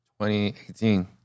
2018